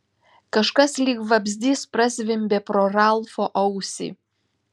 kažkas lyg vabzdys prazvimbė pro ralfo ausį